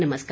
नमस्कार